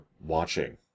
watching